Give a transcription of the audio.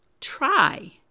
try